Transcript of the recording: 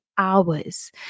Hours